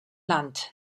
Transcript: land